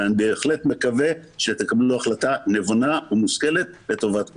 ואני בהחלט מקווה שתקבלו החלטה נבונה ומושכלת לטובת כולנו.